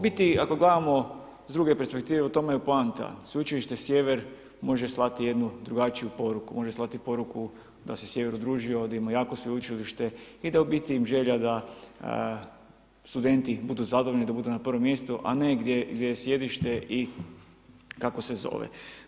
biti ako gledamo iz druge perspektive, u tome je poanta, Sveučilište Sjever može slati jednu drugačiju poruku, može slati poruku da se sjever udružio, da ima jako sveučilište i da u biti im želja da studenti budu zadovoljni, da budu na prvom mjestu, a ne gdje je sjedište i kako se zove.